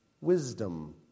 wisdom